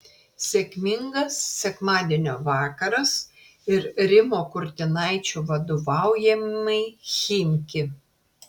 sėkmingas sekmadienio vakaras ir rimo kurtinaičio vadovaujamai chimki